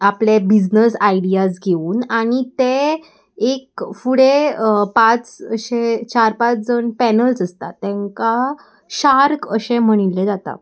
आपले business ideas घेवन आनी ते एक फुडें पांच अशे चार पांच जण पॅनल्स आसता तेंकां शार्क अशें म्हणिल्ले जाता